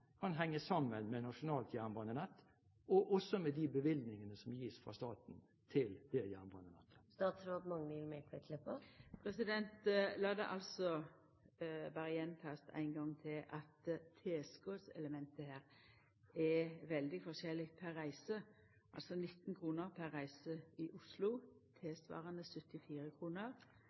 kan henge sammen med nasjonalt jernbanenett – også med de bevilgningene som gis fra staten til det jernbanenettet? Lat meg berre gjenta ein gong til at tilskottselementet her er veldig forskjellig per reise, altså 19 kr per reise i Oslo, tilsvarande 74